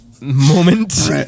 moment